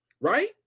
right